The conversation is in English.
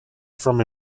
from